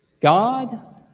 God